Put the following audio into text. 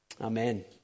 Amen